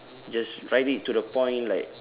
just write it to the point like